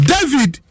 David